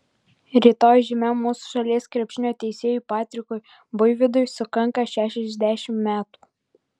rytoj žymiam mūsų šalies krepšinio teisėjui patrikui buivydui sukanka šešiasdešimt metų